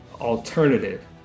alternative